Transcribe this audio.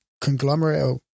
conglomerate